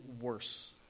worse